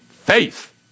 faith